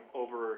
over